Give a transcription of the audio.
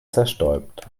zerstäubt